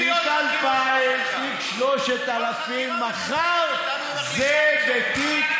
אני מבין שכואב לכם שמחר ראש הממשלה מוזמן לחקירה בפעם ה-11,